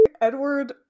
Edward